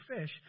fish